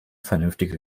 vernünftige